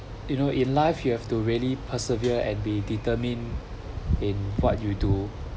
you know in life you have to really persevere and be determine in what you do